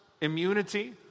immunity